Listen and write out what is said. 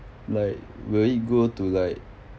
like will it go to like